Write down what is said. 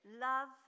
Love